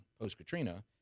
post-Katrina